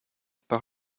par